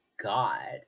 God